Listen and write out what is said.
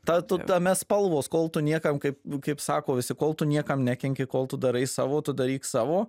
ta tu tame spalvos kol tu niekam kaip kaip sako visi kol tu niekam nekenki kol tu darai savo tu daryk savo